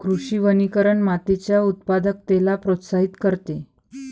कृषी वनीकरण मातीच्या उत्पादकतेला प्रोत्साहित करते